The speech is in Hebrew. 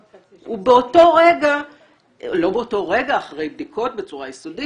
הוא אחרי בדיקות בצורה יסודית,